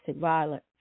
violence